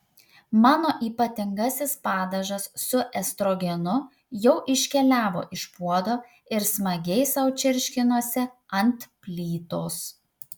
mano ypatingasis padažas su estrogenu jau iškeliavo iš puodo ir smagiai sau čirškinosi ant plytos